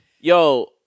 yo